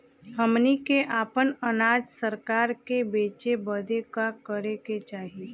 हमनी के आपन अनाज सरकार के बेचे बदे का करे के चाही?